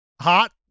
hot